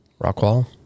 Rockwall